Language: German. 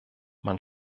man